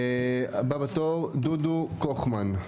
הבא בתור דודו קוכמן.